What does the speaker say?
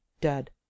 Dead